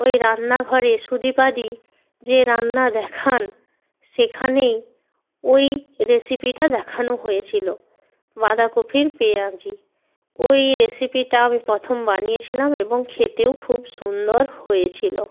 ওই রান্নাঘরে সুদীপাদি যে রান্না দেখান সেখানেই ওই রেসিপিটা দেখানো হয়েছিলো বাঁদাকপির পেঁয়াজি ওই রেসিপিটা আমি প্রথম বানিয়েছিলাম এবং খেতেও খুব সুন্দর হয়েছিলো